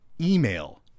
email